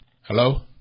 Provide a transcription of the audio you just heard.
Hello